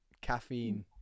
caffeine